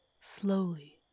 Slowly